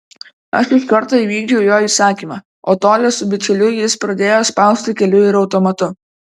aš iš karto įvykdžiau jo įsakymą o tolią su bičiuliu jis pradėjo spausti keliu ir automatu